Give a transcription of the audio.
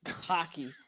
hockey